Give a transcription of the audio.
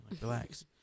relax